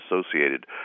associated